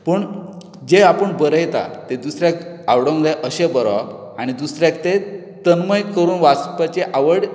जें आपूण बरयता तें दुसऱ्याक आवडूंक जाय अशें बरोवप आनी दुसऱ्याक तें तन्मय करून वाचपाची आवड